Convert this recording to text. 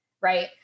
right